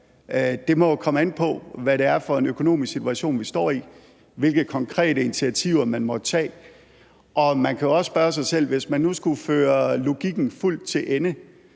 Det må komme an på, hvad det er for en økonomisk situation, vi står i, hvilke konkrete initiativer man må tage. Man kan også spørge sig selv: Hvis man nu skulle føre logikken fra Liberal